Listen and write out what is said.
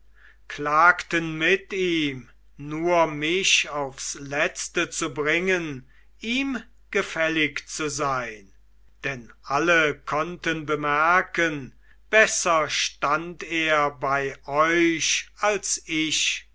klagten mit ihm nur mich aufs letzte zu bringen ihm gefällig zu sein denn alle konnten bemerken besser stand er bei euch als ich